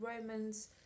Romans